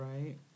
right